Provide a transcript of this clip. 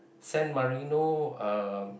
San-Marino uh